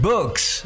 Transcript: Books